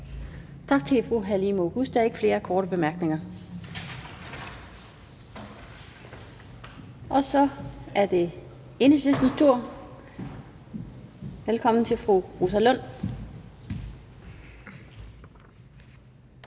Tak til fru Halime Oguz. Der er ikke flere korte bemærkninger. Så er det Enhedslistens tur. Velkommen til fru Rosa Lund.